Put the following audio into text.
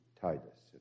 Titus